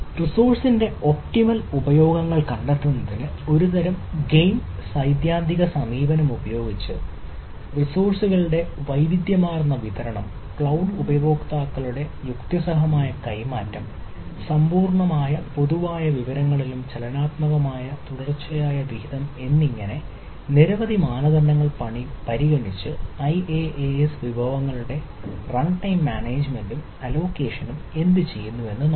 റിസോഴ്സ്സ്ന്റെ optimal ഉപയോഗങ്ങൾ കണ്ടെത്തുന്നതിന് ഒരുതരം ഗെയിം സൈദ്ധാന്തിക സമീപനം ഉപയോഗിച്ച് റിസോഴ്സ്സ്ളുടെ വൈവിധ്യമാർന്ന വിതരണം ക്ലൌഡ് ഉപയോക്താക്കളുടെ യുക്തിസഹമായ കൈമാറ്റം സമ്പൂർണ്ണ പൊതുവായ വിവരങ്ങളിലും ചലനാത്മകമായ തുടർച്ചയായ വിഹിതം എന്നിങ്ങനെയുള്ള നിരവധി മാനദണ്ഡങ്ങൾ പരിഗണിച്ച് ഐഎഎഎസ് വിഭവങ്ങളുടെ റൺടൈം മാനേജുമെന്റും അലോക്കേഷനും എന്തുചെയ്യുന്നു എന്ന് നോക്കാം